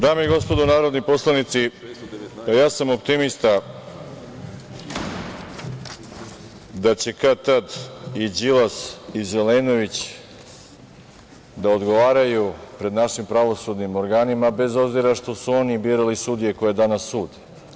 Dame i gospodo narodni poslanici, ja sam optimista da će kad-tad i Đilas i Zelenović da odgovaraju pred našim pravosudnim organima, bez obzira što su oni birali sudije koje danas sude.